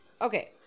Okay